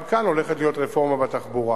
גם כאן הולכת להיות רפורמה בתחבורה.